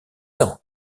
ans